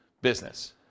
business